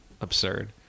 absurd